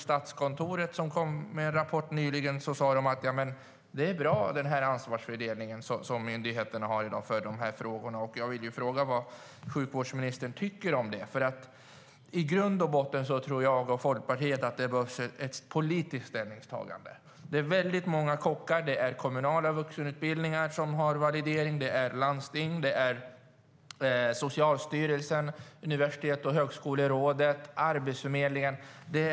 Statskontoret kom med en rapport nyligen där man tyckte att den ansvarsfördelning som fanns hos myndigheterna var bra. Jag vill då fråga vad sjukvårdsministern tycker om det. I grund och botten tror jag och Folkpartiet att det behövs ett politiskt ställningstagande. Det är väldigt många kockar. Kommunala vuxenutbildningar, landsting, Socialstyrelsen, Universitets och högskolerådet och Arbetsförmedlingen har validering.